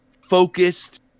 focused